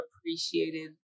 appreciated